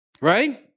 Right